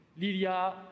Lilia